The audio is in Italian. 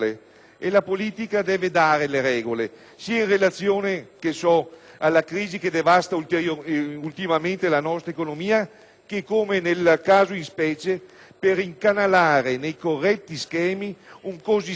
che, come nel caso in specie, per incanalare nei corretti schemi un così strano modo di fare banca. Con vari Esecutivi, negli anni passati, abbiamo tentato di porre paletti,